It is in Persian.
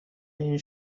این